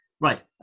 Right